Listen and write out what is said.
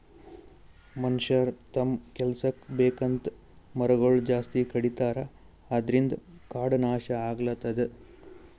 ಮನಷ್ಯರ್ ತಮ್ಮ್ ಕೆಲಸಕ್ಕ್ ಬೇಕಂತ್ ಮರಗೊಳ್ ಜಾಸ್ತಿ ಕಡಿತಾರ ಅದ್ರಿನ್ದ್ ಕಾಡ್ ನಾಶ್ ಆಗ್ಲತದ್